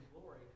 glory